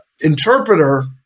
interpreter